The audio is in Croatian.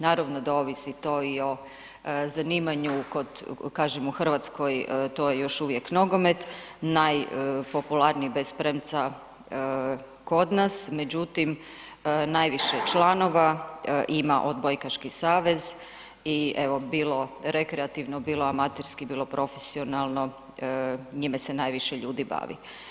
Naravno da ovisi i o zanimanju, kažem u Hrvatskoj, to je još uvijek nogomet, najpopularniji bez premca kod nas, međutim najviše članova odbojkaši savez i evo bilo rekreativno, bilo amaterski, bilo profesionalno, njime se najviše ljudi bavi.